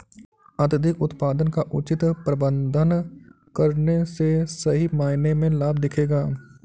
अत्यधिक उत्पादन का उचित प्रबंधन करने से सही मायने में लाभ दिखेगा